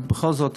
בכל זאת,